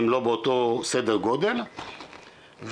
הם לא באותו סדר גודל וכמובן,